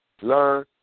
learn